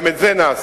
גם את זה נעשה: